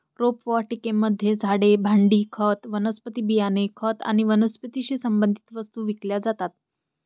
रोपवाटिकेमध्ये झाडे, भांडी, खत, वनस्पती बियाणे, खत आणि वनस्पतीशी संबंधित वस्तू विकल्या जातात